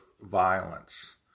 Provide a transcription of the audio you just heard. violence